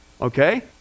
Okay